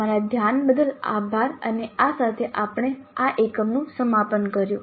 તમારા ધ્યાન બદલ આભાર અને આ સાથે આપણે આ એકમનું સમાપન કર્યું